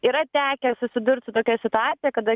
yra tekę susidurti su tokia situacija kada